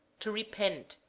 to repent,